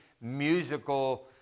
musical